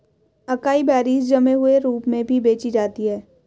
acai berries जमे हुए रूप में भी बेची जाती हैं